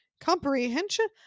Comprehension